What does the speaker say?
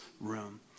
room